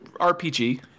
RPG